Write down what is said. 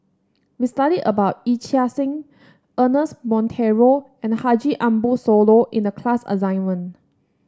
we studied about Yee Chia Hsing Ernest Monteiro and Haji Ambo Sooloh in the class assignment